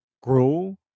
grow